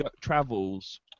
travels